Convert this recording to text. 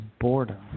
boredom